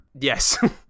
Yes